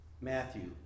Matthew